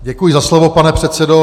Děkuji za slovo, pane předsedo.